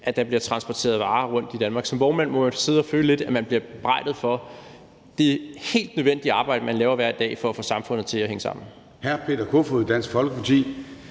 at der bliver transporteret varer rundt i Danmark. Som vognmand må man sidde og føle lidt, at man bliver bebrejdet for det helt nødvendige arbejde, man laver hver dag, for at få samfundet til at hænge sammen.